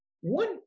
One